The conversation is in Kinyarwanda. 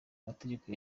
mategeko